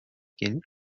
gelir